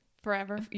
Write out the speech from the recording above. Forever